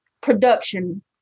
production